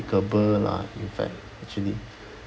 lah in fact actually